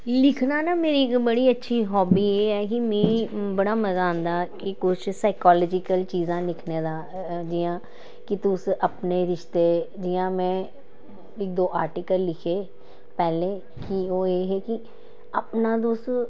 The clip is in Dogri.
लिखना ना मेरी इक बड़ी अच्छी हॉबी एह् ऐ कि मीं बड़ा मजा आंदा कि कुछ साइकोलॉजिकल चीजां लिखने दा जि'यां कि तुस अपने रिश्ते जि'यां में इक दो आर्टिकल लिखे पैह्ले कि ओह् एह् हे कि अपना तुस